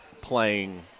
playing